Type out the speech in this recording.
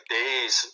days